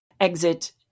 exit